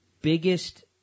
biggest